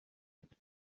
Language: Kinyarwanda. muziki